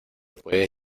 puedes